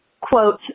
quote